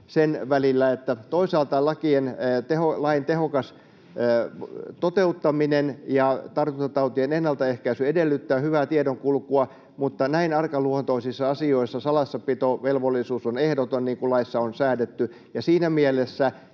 tekemään, kun toisaalta lain tehokas toteuttaminen ja tartuntatautien ennalta ehkäisy edellyttää hyvää tiedonkulkua mutta näin arkaluontoisissa asioissa salassapitovelvollisuus on ehdoton, niin kuin laissa on säädetty. Siinä mielessä